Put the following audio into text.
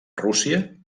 rússia